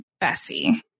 bessie